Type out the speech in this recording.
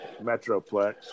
Metroplex